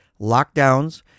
lockdowns